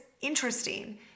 interesting